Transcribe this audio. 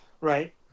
Right